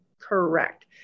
correct